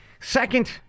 Second